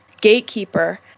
Gatekeeper